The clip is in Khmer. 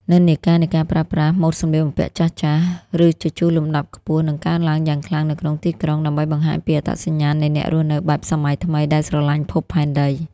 និន្នាការនៃការប្រើប្រាស់ "ម៉ូដសម្លៀកបំពាក់ចាស់ៗ ឬជជុះលំដាប់ខ្ពស់" នឹងកើនឡើងយ៉ាងខ្លាំងនៅក្នុងទីក្រុង ដើម្បីបង្ហាញពីអត្តសញ្ញាណនៃអ្នករស់នៅបែបសម័យថ្មីដែលស្រឡាញ់ភពផែនដី។